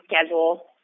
schedule